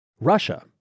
Russia